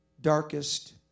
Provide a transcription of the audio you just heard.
darkest